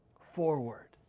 forward